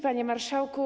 Panie Marszałku!